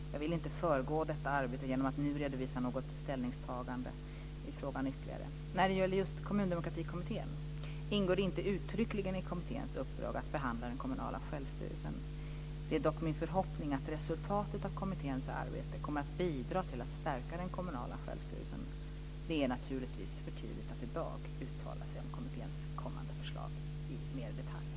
Jag vill inte föregå detta arbete genom att nu redovisa något ställningstagande i frågan. När det gäller just Kommundemokratikommittén ingår det inte uttryckligen i kommitténs uppdrag att behandla den kommunala självstyrelsen. Det är dock min förhoppning att resultatet av kommitténs arbete kommer att bidra till att stärka den kommunala självstyrelsen. Det är naturligtvis för tidigt att i dag uttala sig om kommitténs kommande förslag mera i detalj.